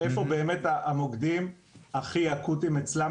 איפה באמת המוקדים הכי אקוטיים אצלם